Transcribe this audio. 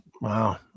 Wow